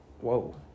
whoa